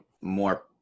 more